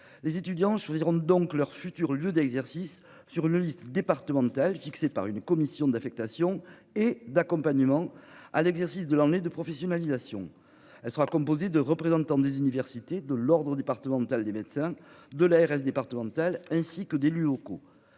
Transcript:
les étudiants choisiront donc leur futur lieu d'exercice sur une liste départementale fixé par une commission d'affectation et d'accompagnement à l'exercice de l'année de professionnalisation. Elle sera composée de représentants des universités de l'Ordre départemental des médecins de l'ARS départemental ainsi que d'élus locaux,